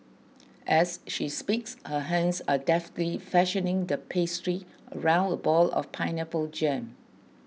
as she speaks her hands are deftly fashioning the pastry around a ball of pineapple jam